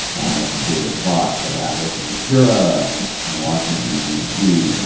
i am david plotz of atlas obscura in washington d c.